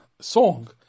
song